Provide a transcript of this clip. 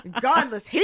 Godless